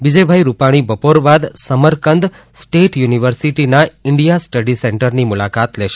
વિજય ભાઈ રૂપાણી બપોર બાદ Samarkand state યુનવર્સિટીના ઈન્ડિયા સ્ટડી સેન્ટર ની મુલાકાત લેશે